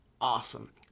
Awesome